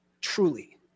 Truly